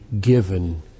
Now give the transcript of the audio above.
given